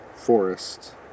forest